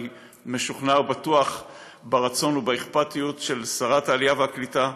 אני משוכנע ובטוח ברצון ובאכפתיות של שרת העלייה והקליטה.